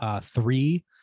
three